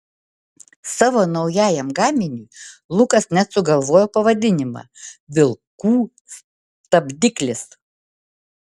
savo naujajam gaminiui lukas net sugalvojo pavadinimą vilkų stabdiklis